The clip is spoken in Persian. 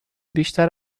بیشتر